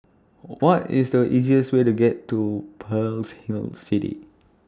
What IS The easiest Way to Pearl's Hill City